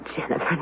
Jennifer